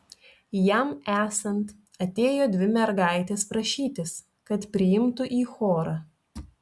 jam esant atėjo dvi mergaitės prašytis kad priimtų į chorą